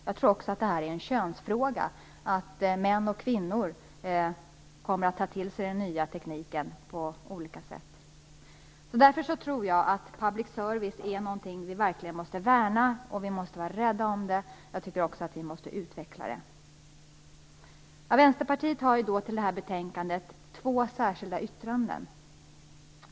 Jag tror också att det är en könsfråga, så att män och kvinnor kommer att ta till sig den nya tekniken på olika sätt. Därför tror jag att public service är någonting som vi verkligen måste värna och vara rädda om. Vi måste också utveckla det. Vänsterpartiet har två särskilda yttranden till det här betänkandet.